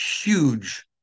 huge